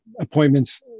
appointments